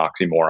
oxymoron